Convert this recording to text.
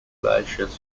glaciers